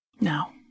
Now